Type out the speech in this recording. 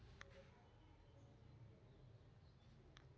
ಹತೋಟಿ ಸಾಲಾ ಯಾರ್ ಯಾರ್ ತಗೊತಾರ?